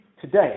Today